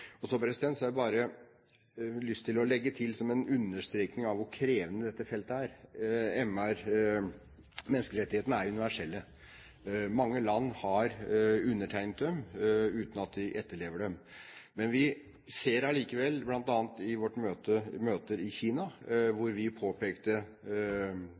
Så har jeg bare lyst til å legge til, som en understreking av hvor krevende dette feltet er: Menneskerettighetene er universelle. Mange land har undertegnet dem, uten at de etterlever dem. Men vi ser allikevel, bl.a. i møter i Kina,